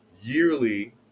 yearly